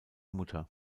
mutter